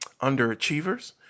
underachievers